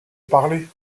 parler